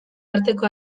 arteko